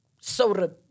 soda